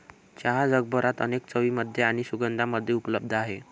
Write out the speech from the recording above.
चहा जगभरात अनेक चवींमध्ये आणि सुगंधांमध्ये उपलब्ध आहे